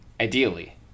ideally